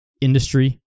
industry